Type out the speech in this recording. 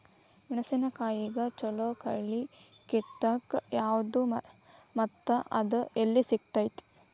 ಮೆಣಸಿನಕಾಯಿಗ ಛಲೋ ಕಳಿ ಕಿತ್ತಾಕ್ ಯಾವ್ದು ಮತ್ತ ಅದ ಎಲ್ಲಿ ಸಿಗ್ತೆತಿ?